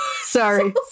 Sorry